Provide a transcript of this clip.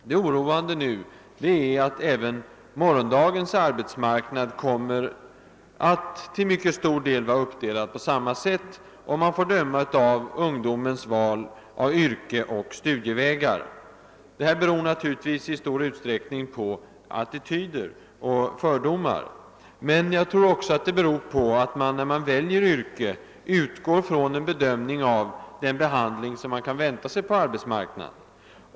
Det oroande är, att även morgondagens arbetsmarknad kommer att till mycket stor del vara uppdelad på samma sätt, om man får döma av ungdomens val av yrke och studievägar. Detta beror naturligtvis i stor utsträckning på attityder och fördomar, men jag tror också att det beror på att man, när man väljer yrke, utgår från en bedömning av den behandling man kan vänta sig på arbetsmarknaden.